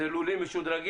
אלה לולים משודרגים,